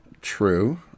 True